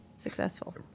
successful